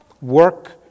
Work